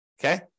okay